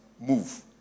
move